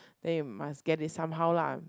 then you must get it somehow lah